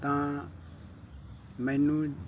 ਤਾਂ ਮੈਨੂੰ